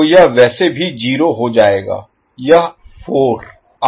तो यह वैसे भी जीरो Zero शून्य हो जाएगा